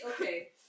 Okay